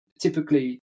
typically